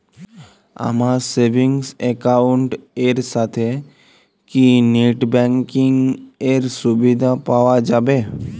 আমার savings account এর সাথে কি নেটব্যাঙ্কিং এর সুবিধা পাওয়া যাবে?